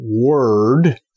word